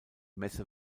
messe